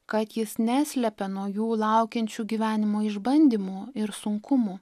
kad jis neslepia nuo jų laukiančių gyvenimo išbandymų ir sunkumų